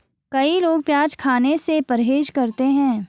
कई लोग प्याज खाने से परहेज करते है